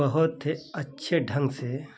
बहुत ही अच्छे ढंग से